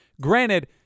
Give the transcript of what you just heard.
granted